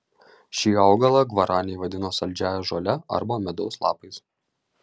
šį augalą gvaraniai vadino saldžiąja žole arba medaus lapais